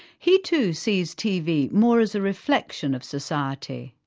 he too sees tv more as a reflection of society.